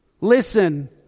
Listen